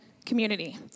Community